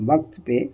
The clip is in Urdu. وقت پہ